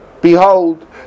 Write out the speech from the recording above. Behold